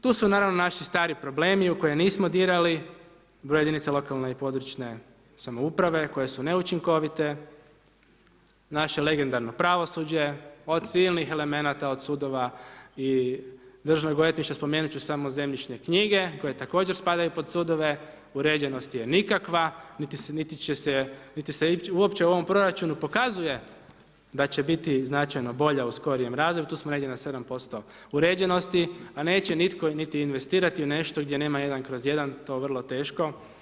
Tu su naravno naši stari problemi u koje nismo dirali, broj jedinica lokalne i područne samouprave koje su neučinkovite, naše legendarno pravosuđe od silnih elemenata, od sudova i Državnog odvjetništva, spomenut ću samo zemljišne knjige, koje također spadaju pod sudove, uređenost je nikakva niti se uopće u ovom proračunu pokazuje da će biti značajno bolja u skorijem razdoblju, tu smo negdje na 7% uređenosti, a neće nitko niti investirati u nešto gdje nema jedan kroz jedan, to vrlo teško.